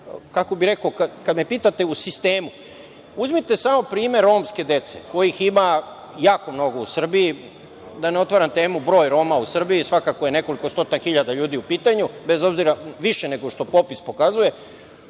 odnosno kada me pitate o sistemu, uzmite samo primer romske dece kojih ima jako mnogo u Srbiji. Da ne otvaram temu broj Roma u Srbiji, svakako je nekoliko stotina hiljada ljudi u pitanju, više nego što popis pokazuje.